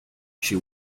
she